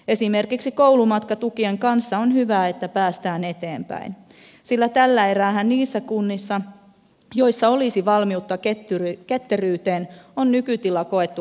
esimerkiksi on hyvä että koulumatkatukien kanssa päästään eteenpäin sillä tällä eräähän niissä kunnissa joissa olisi valmiutta ketteryyteen on nykytila koettu hankalaksi